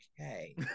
okay